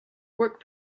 work